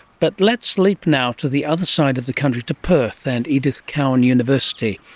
but let's leap now to the other side of the country, to perth, and edith cowan university,